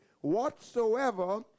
whatsoever